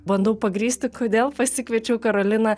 bandau pagrįsti kodėl pasikviečiau karoliną